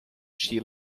she